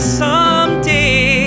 someday